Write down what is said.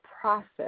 process